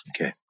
Okay